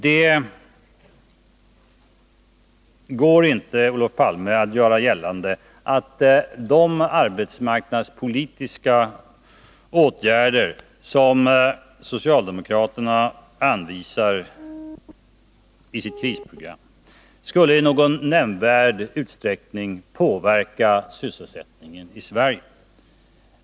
Det går inte, Olof Palme, att göra gällande att de arbetsmarknadspolitiska åtgärder som socialdemokraterna anvisar i sitt krisprogram skulle i någon nämnvärd utsträckning påverka sysselsättningen i Sverige.